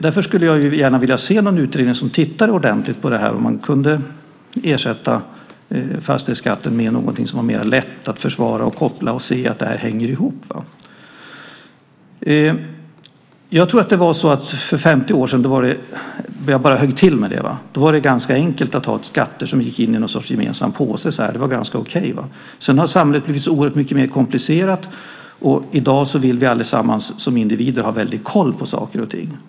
Därför skulle jag gärna vilja se en utredning som tittar ordentligt på det här - om man kunde ersätta fastighetsskatten med någonting som är lättare att försvara, koppla och se att det hänger ihop. Jag tror att det var ganska enkelt för 50 år sedan - jag högg till med det, bara - att ha skatter som gick in i någon sorts gemensam påse. Det var ganska okej. Sedan har samhället blivit så oerhört mycket mer komplicerat. I dag vill vi allesammans som individer ha en väldig koll på saker och ting.